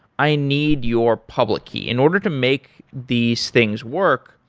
i need your public key. in order to make these things work,